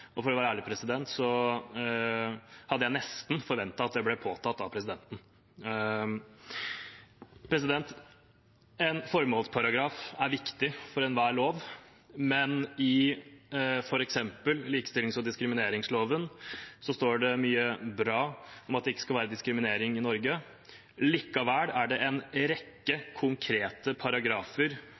For å være ærlig hadde jeg nesten forventet at det ble påtalt av presidenten. En formålsparagraf er viktig for enhver lov, men i f.eks. likestillings- og diskrimineringsloven, hvor det står det mye bra om at det ikke skal være diskriminering i Norge, er det likevel en rekke konkrete paragrafer